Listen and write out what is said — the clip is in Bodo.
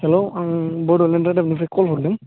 हेल्ल' आं बड'लेण्ड रादाबनिफ्राय कल हरदों